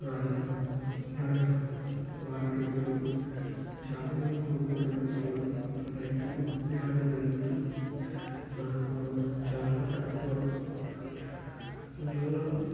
గాలి మార్కెట్లు చాలా ఎక్కువ ఉండడం వల్ల రైతుకు న్యాయం జరుగుతుంది మనకు కూడా చాలా తక్కువ